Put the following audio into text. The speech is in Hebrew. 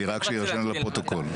רק שיירשם לפרוטוקול.